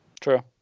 True